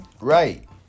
Right